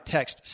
Text